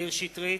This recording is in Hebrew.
מאיר שטרית,